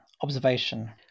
observation